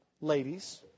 ladies